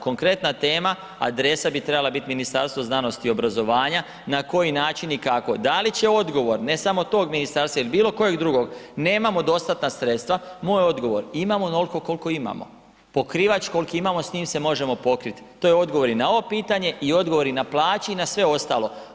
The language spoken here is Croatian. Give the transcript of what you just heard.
Konkretna tema adresa bi trebala biti Ministarstvo znanosti i obrazovanja, na koji način i kako, da li će odgovor ne samo tog ministarstva ili bilo kojeg drugog nemamo dostatna sredstva, moj odgovor imamo onoliko koliko pokrivač koliki imamo s njim se možemo pokrit, to je odgovor i na ovo pitanje i odgovor i na plaće i sve ostalo.